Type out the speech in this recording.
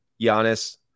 Giannis